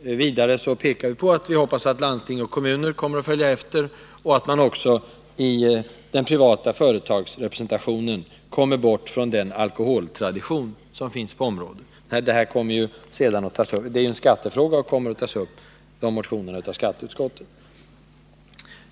Vidare skriver vi att vi hoppas att landsting och kommuner kommer att följa efter och att man också när det gäller den privata företagsrepresentationen kommer bort från den alkoholtradition som finns på området. Det sistnämnda är ju en skattefråga, varför de motionerna kommer att behandlas av skatteutskottet.